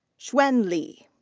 xuan li.